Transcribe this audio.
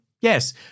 Yes